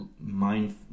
mind